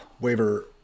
waiver